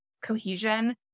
cohesion